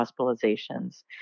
hospitalizations